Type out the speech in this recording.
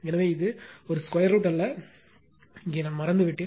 எனவே இது ஒரு 2 அல்ல இங்கே நான் மறந்துவிட்டேன்